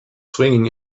swinging